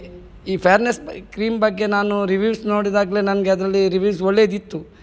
ಈ fairness cream ಬಗ್ಗೆ ನಾನು ರಿವೀವ್ಸ್ ನೋಡಿದಾಗಲೆ ನನಗೆ ಅದರಲ್ಲಿ ರಿವೀವ್ಸ್ ಒಳ್ಳೆದಿತ್ತು